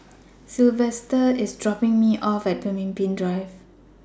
Silvester IS dropping Me off At Pemimpin Drive